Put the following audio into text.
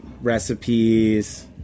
recipes